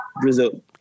Brazil